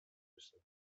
müssen